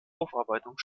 aufarbeitung